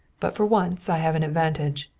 but for once i have an advantage.